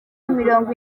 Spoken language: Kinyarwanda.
mirongo